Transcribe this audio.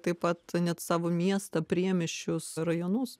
taip pat net savo miestą priemiesčius rajonus